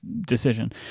decision